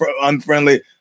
unfriendly